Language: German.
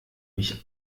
mich